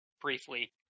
briefly